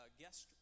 guest